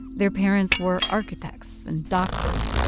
their parents were architects and doctors.